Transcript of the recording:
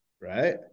right